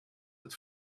het